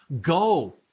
go